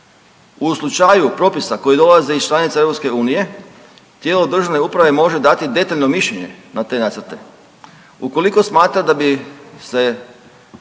u slučaju propisa koji dolaze iz članica EU tijelo državne uprave može dati i detaljno mišljenje na te nacrte ukoliko smatra da bi se